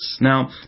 Now